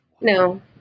No